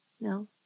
No